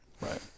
Right